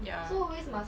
ya